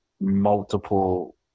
multiple